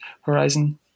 Horizon